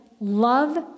Love